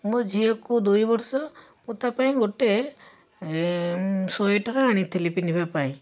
ମୋ ଝିଅକୁ ଦୁଇବର୍ଷ ମୁଁ ତା' ପାଇଁ ଗୋଟେ ସ୍ୱେଟର ଆଣିଥିଲି ପିନ୍ଧିବାପାଇଁ